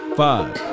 five